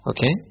Okay